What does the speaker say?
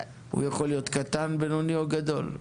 הוא יכול להיות קטן, בינוני או גדול.